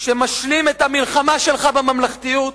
שמשלים את המלחמה שלך בממלכתיות,